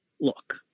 look